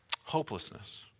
Hopelessness